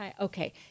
okay